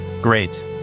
Great